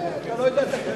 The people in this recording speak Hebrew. אתה לא יודע את הכללים?